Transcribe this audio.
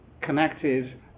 connected